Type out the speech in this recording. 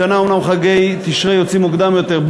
השנה אומנם חגי תשרי חלים מוקדם יותר,